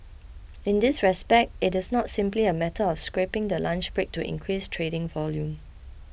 in this respect it is not simply a matter of scrapping the lunch break to increase trading volume